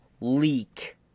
leak